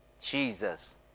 Jesus